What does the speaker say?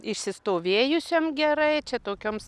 išsistovėjusiom gerai čia tokioms